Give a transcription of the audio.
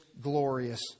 glorious